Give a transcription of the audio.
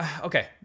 okay